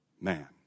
man